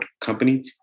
company